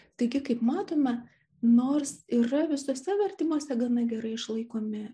taigi kaip matome nors yra visuose vertimuose gana gerai išlaikomi